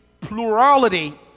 plurality